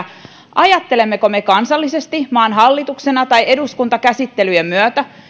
ajattelemmeko me kansallisesti maan hallituksena tai eduskuntakäsittelyjen myötä